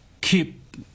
keep